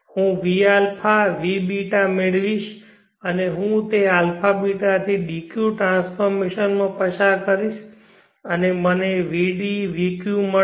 હું vα vβ મેળવીશ અને હું તે αβ થી dq ટ્રાન્સફોર્મેશનમાં પસાર કરીશ અને મને vd vq મળશે